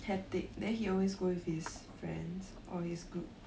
hectic then he always go with his friends or his group